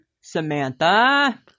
Samantha